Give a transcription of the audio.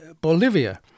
Bolivia